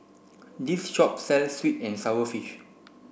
this shop sells sweet and sour fish